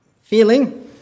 feeling